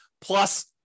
plus